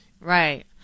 Right